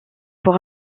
pour